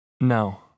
No